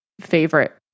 favorite